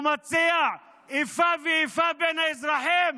הוא מציע איפה ואיפה בין האזרחים?